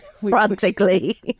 frantically